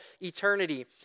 eternity